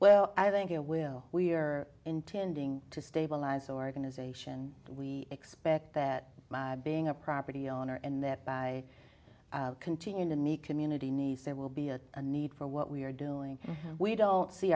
well i think you will we are intending to stabilize organization we expect that being a property owner and that by continuing to meet community needs there will be a need for what we are doing we don't see